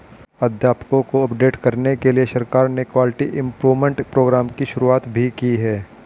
अध्यापकों को अपडेट करने के लिए सरकार ने क्वालिटी इम्प्रूव्मन्ट प्रोग्राम की शुरुआत भी की है